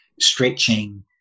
stretching